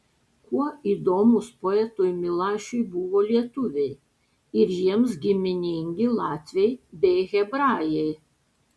kuo įdomūs poetui milašiui buvo lietuviai ir jiems giminingi latviai bei hebrajai